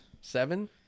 Seven